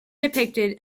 depicted